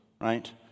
right